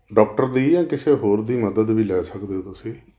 doctor ਦੀ ਜਾਂ ਕਿਸੇ ਹੋਰ ਦੀ ਮਦਦ ਵੀ ਲੈ ਸਕਦੇ ਹੋ ਤੁਸੀਂ